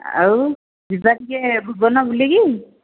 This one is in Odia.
ଆଉ ଯିବା ଟିକିଏ ଭୁବନ ବୁଲି କି